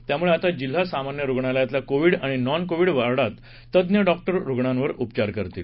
त्यामुळे आता जिल्हा सामान्य रुग्णालयातल्या कोविड आणि नॉन कोविड वार्डात तज्ञ डॉक्टर रुग्णांवर उपचार करतील